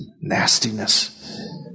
nastiness